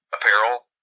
apparel